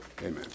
Amen